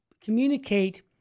communicate